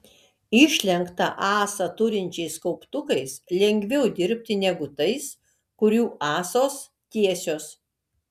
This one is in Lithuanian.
išlenktą ąsą turinčiais kauptukais lengviau dirbti negu tais kurių ąsos tiesios